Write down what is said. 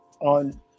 on